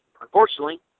unfortunately